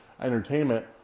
entertainment